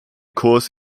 kurs